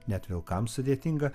net vilkams sudėtinga